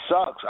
sucks